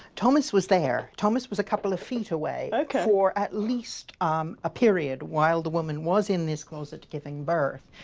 thomas was there, thomas was a couple of feet away for at least um a period while the woman was in this closet giving birth,